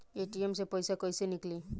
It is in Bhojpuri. ए.टी.एम से पैसा कैसे नीकली?